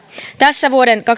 tässä vuoden